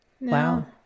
wow